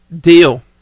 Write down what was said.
Deal